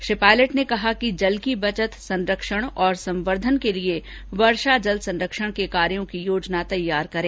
श्री पायलट ने कहा कि जल की बचत संरक्षण और संवर्धन के लिए वर्षा जल संरक्षण के कार्यों की योजना तैयार करें